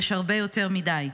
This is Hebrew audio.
יש הרבה יותר מדי.